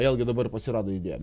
vėlgi dabar atsirado idėja